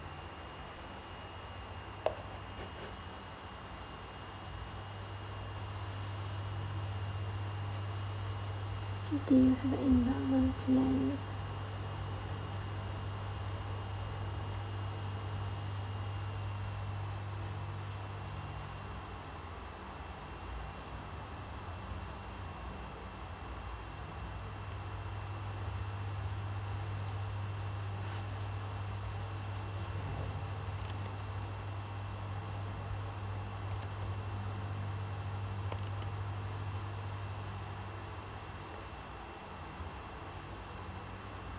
okay endowment plan